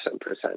percent